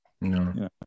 No